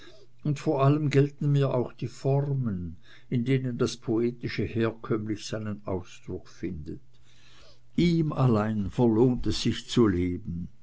und vor allem gelten mir auch die formen in denen das poetische herkömmlich seinen ausdruck findet ihm allein verlohnt es sich zu leben